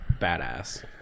badass